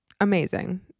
Amazing